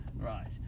Right